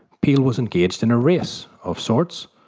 peale was engaged in a race, of sorts,